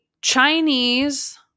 Chinese